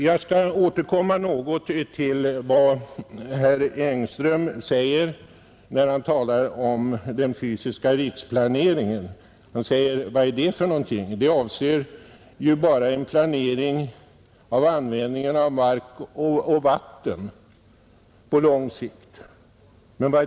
Jag skall återkomma något till vad herr Engström sade om den fysiska riksplaneringen. Han frågade: ”Vad är det för någonting? Det avser ju bara en planering för användning av mark och vatten på lång sikt.